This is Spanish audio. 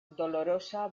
dolorosa